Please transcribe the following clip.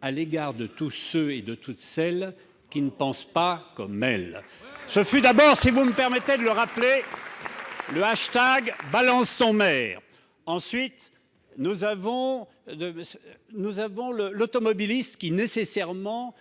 à l'égard de tous ceux et de toutes celles qui ne pensent pas comme elle. Ce fut d'abord, si vous me permettez de le rappeler, le hashtag #BalanceTonMaire. Ensuite, nous avons l'automobiliste, qui, nécessairement,